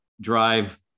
drive